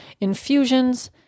infusions